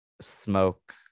smoke